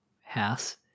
house